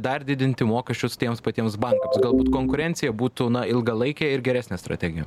dar didinti mokesčius tiems patiems bankams galbūt konkurencija būtų ilgalaikė ir geresnė strategija